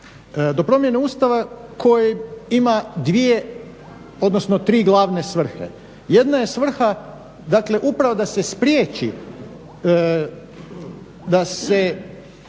do promjene Ustava koji ima dvije, odnosno tri glavne svrhe. Jedna je svrha, dakle upravo da se spriječi, da se